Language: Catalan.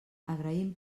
agraïm